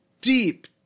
deep